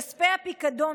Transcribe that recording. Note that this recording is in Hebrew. כספי הפיקדון,